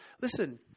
listen